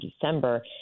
December